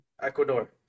Ecuador